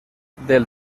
del